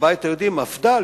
בבית היהודי -מפד"ל,